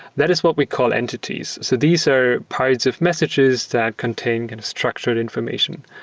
that is what we call entities. so these are parts of messages that contain construction information.